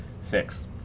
Six